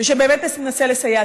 ושבאמת ננסה לסייע.